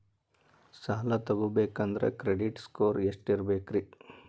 ಸಾಲ ತಗೋಬೇಕಂದ್ರ credit score ಎಷ್ಟ ಇರಬೇಕ್ರಿ?